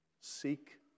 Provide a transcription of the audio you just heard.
seek